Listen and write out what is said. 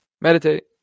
Meditate